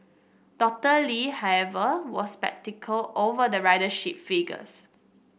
Doctor Lee however was sceptical over the ridership figures